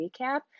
recap